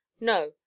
No